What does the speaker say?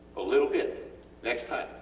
a little bit next time.